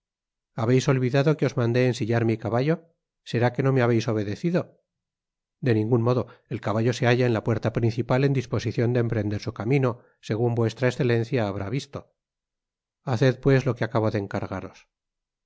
habeis olvidado que os mandé ensillar mi caballo será qué no me habeis obedecido de ningun modo el caballo se halla en la puerta principal en disposicion de emprender su camino segun v e habrá visto haced pues lo que acabo de encargaros